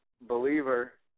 believer